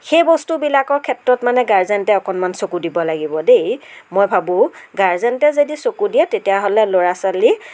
সেই বস্তুবিলাকৰ ক্ষেত্ৰত মানে গাৰ্জেণ্টে অকণমান চকু দিব লাগিব দেই মই ভাবোঁ গাৰ্জেন্টে যদি চকু দিয়ে তেতিয়াহ'লে ল'ৰা ছোৱালী